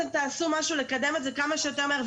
רק חבל שמי שמתנגד ומעכב את העלאת החוק הזה לא שומע אותך.